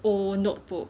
old notebook